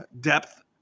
depth